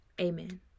amen